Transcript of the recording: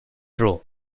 row